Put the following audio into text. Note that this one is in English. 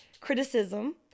criticism